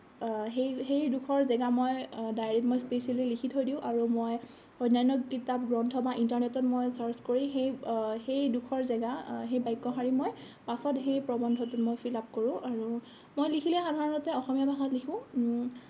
সেই সেইডোখৰ জাগা মই ডায়েৰিত মই স্পেচিয়েলি লিখি থৈ দিওঁ আৰু মই অন্যান্য কিতাপ গ্ৰন্থ বা ইণ্টাৰ্নেটত মই চাৰ্ছ কৰি সেই সেইডোখৰ জাগা সেই বাক্য়শাৰী মই পাছত সেই প্ৰবন্ধটোত মই ফিলাপ কৰোঁ আৰু মই লিখিলে সাধাৰণতে অসমীয়া ভাষাত লিখোঁ